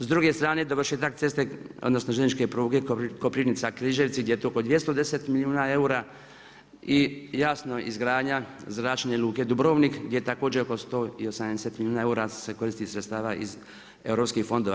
S druge strane dovršetak ceste odnosno željezničke pruge Koprivnica-Križevci gdje je to oko 210 milijuna eura i jasno izgradnja zračne luke Dubrovnik, gdje je također oko 180 milijuna eura se koristi sredstava iz europskih fondova.